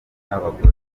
n’abagore